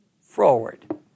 forward